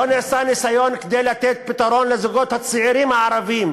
לא נעשה ניסיון לתת פתרון לזוגות הצעירים הערבים,